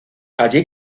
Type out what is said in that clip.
allí